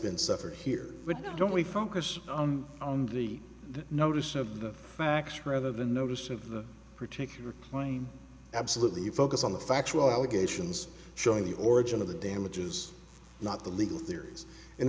been suffered here don't we focus on the notice of the facts rather than notice of the particular claim absolutely focus on the factual allegations showing the origin of the damages not the legal theories in